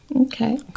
Okay